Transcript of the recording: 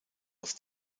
was